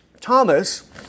Thomas